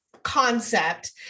concept